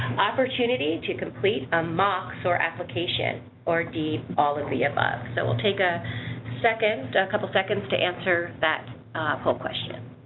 opportunity to complete a mox or application, or d all of the above. so we'll take a second, a couple seconds to answer that whole question.